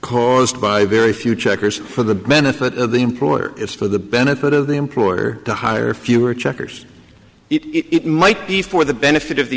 caused by very few checkers for the benefit of the employer it's for the benefit of the employer to hire fewer checkers it might be for the benefit of the